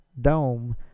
Dome